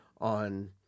on